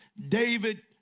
David